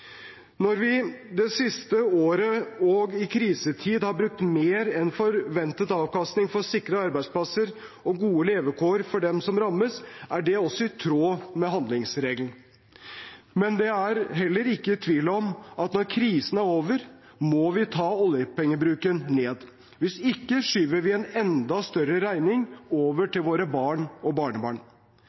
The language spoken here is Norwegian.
Når vi det siste året og i krisetid har brukt mer enn forventet avkastning for å sikre arbeidsplasser og gode levekår for dem som rammes, er det også i tråd med handlingsregelen. Men det er heller ingen tvil om at vi når krisen er over, må ta oljepengebruken ned. Hvis ikke skyver vi en enda større regning over til våre barn og barnebarn.